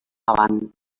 avant